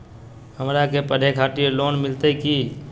हमरा के पढ़े के खातिर लोन मिलते की?